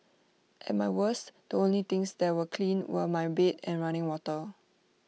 at my worst the only things that were clean were my bed and running water